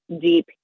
deep